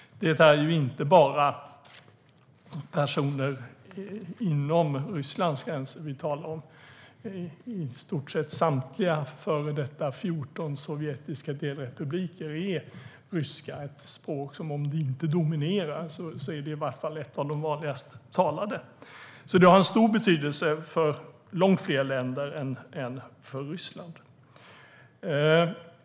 Det är ju inte bara personer inom Rysslands gränser vi talar om. I stort sett i samtliga 14 före detta sovjetiska delrepubliker är ryska ett språk som om det inte dominerar i vart fall är ett av de vanligast talade. Det har alltså stor betydelse för långt fler länder än Ryssland.